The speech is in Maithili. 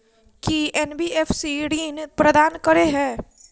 की एन.बी.एफ.सी ऋण प्रदान करे है?